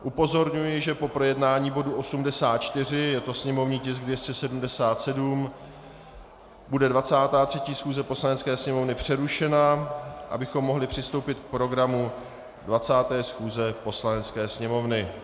Upozorňuji, že po projednání bodu 84, je to sněmovní tisk 277, bude 23. schůze Poslanecké sněmovny přerušena, abychom mohli přistoupit k programu 20. schůze Poslanecké sněmovny.